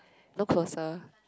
look closer